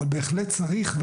אבל בהחלט צריך,